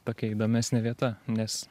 tokia įdomesnė vieta nes